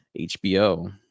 HBO